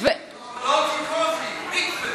מקווה.